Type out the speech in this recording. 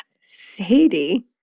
Sadie